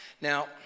Now